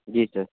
जी sir